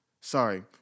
sorry